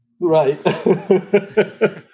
Right